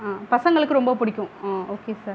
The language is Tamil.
ஆ பசங்களுக்கு ரொம்ப பிடிக்கும் ஆ ஓகே சார்